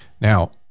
Now